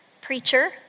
preacher